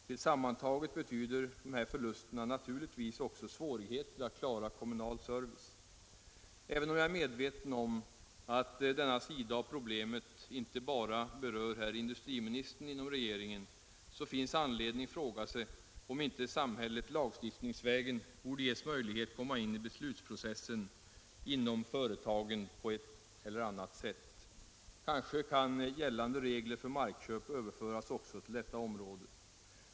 Tillsammantaget betyder dessa förluster naturligtvis också svårigheter att klara kommunal service. Även om jag är medveten om att denna sida av problemet inte bara berör industriministern inom regeringen, finns anledning fråga sig om inte samhället lagstiftningsvägen borde ges möjlighet att på ett eller annat sätt komma in i företagens beslutsprocess. Kanske kan gällande regler för markköp också överföras till detta område.